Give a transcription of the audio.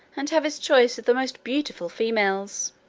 and have his choice of the most beautiful females.